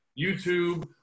YouTube